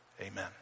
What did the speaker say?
amen